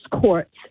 courts